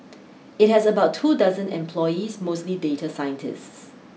it has about two dozen employees mostly data scientists